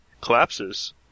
collapses